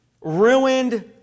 ruined